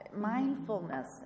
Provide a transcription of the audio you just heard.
mindfulness